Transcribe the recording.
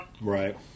Right